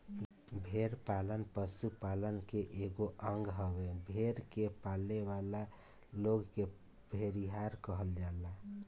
भेड़ पालन पशुपालन के एगो अंग हवे, भेड़ के पालेवाला लोग के भेड़िहार कहल जाला